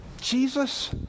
Jesus